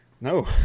No